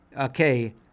okay